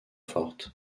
fortes